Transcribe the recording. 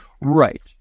Right